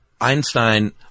Einstein